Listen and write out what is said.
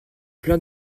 plein